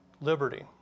Liberty